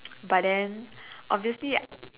but then obviously